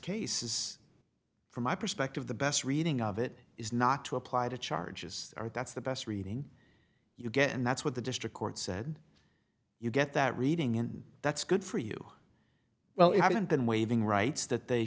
case is from my perspective the best reading of it is not to apply to charges or that's the best reading you get and that's what the district court said you get that reading and that's good for you well you haven't been waving rights that they